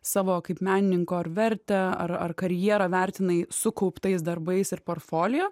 savo kaip menininko ar vertę ar ar karjerą vertinai sukauptais darbais ir portfolio